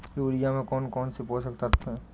Urea में कौन कौन से पोषक तत्व है?